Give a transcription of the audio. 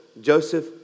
Joseph